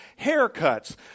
Haircuts